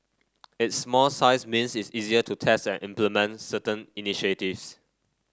its small size means it's easier to test and implement certain initiatives